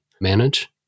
manage